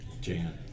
Jan